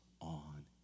on